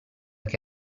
che